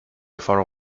فارغ